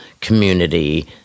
community